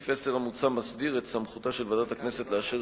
סעיף 10 המוצע מסדיר את סמכותה של ועדת הכנסת לאשר